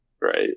right